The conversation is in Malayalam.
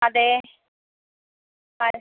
അതെ ആരാണ്